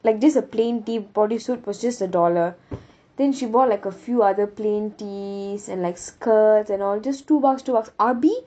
like just a plain tee body suit was just a dollar then she bought like a few other plain tees and like skirts and all just two bucks two bucks abi